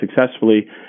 successfully